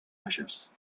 bages